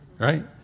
Right